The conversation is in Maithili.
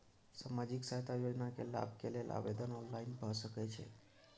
सामाजिक सहायता योजना के लाभ के लेल आवेदन ऑनलाइन भ सकै छै?